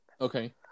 Okay